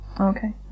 Okay